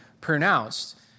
pronounced